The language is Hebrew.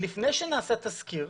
לפני שנעשה תסקיר,